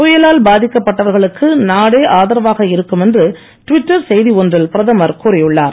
புயலால் பாதிக்கப்பட்டவர்களுக்கு நாடே ஆதரவாக இருக்கும் என்று ட்விட்டர் செய்தி ஒன்றில் பிரதமர் கூறியுள்ளார்